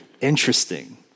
Interesting